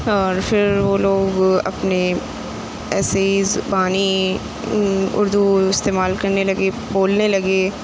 اور پھر وہ لوگ اپنے ایسے ہی زبانی اردو استعمال کرنے لگے بولنے لگے